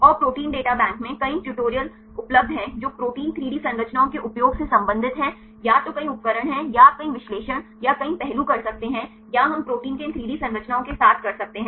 और protein data bank में कई ट्यूटोरियल उपलब्ध हैं जो प्रोटीन 3 डी संरचनाओं के उपयोग से संबंधित हैं या तो कई उपकरण हैं या आप कई विश्लेषण या कई पहलू कर सकते हैं या हम प्रोटीन के इन 3 डी संरचनाओं के साथ कर सकते हैं